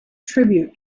tribute